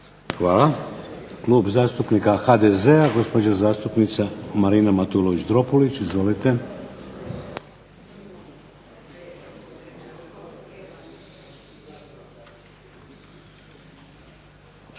Hvala. Klub zastupnika HDZ-a gospođa zastupnica Marina Matulović Dropulić. Izvolite.